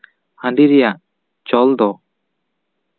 ᱦᱟ ᱰᱤ ᱨᱮᱭᱟᱜ ᱪᱚᱞ ᱫᱚ